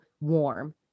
warm